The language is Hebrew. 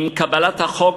עם קבלת החוק,